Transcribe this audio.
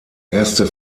erste